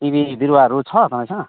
सिमी बिरुवाहरू छ तपाईँसँग